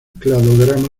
cladograma